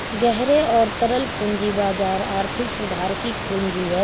गहरे और तरल पूंजी बाजार आर्थिक सुधार की कुंजी हैं,